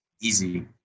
easy